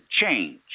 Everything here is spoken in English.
change